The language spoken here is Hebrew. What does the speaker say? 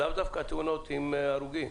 לאו דווקא תאונות עם הרוגים.